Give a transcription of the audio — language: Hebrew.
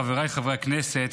חבריי חברי הכנסת,